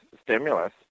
stimulus